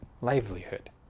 livelihood